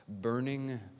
burning